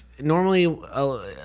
normally